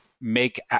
make